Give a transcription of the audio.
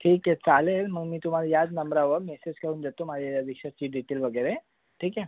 ठीक आहे चालेल मग मी तुम्हाला याच नंबरावर मेसेज करून देतो माझ्या या रिक्शाची डिटेल वगैरे ठीक आहे